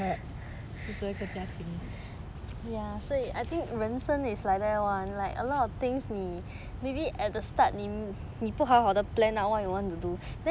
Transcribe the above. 就做一个家庭了